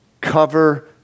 cover